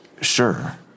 Sure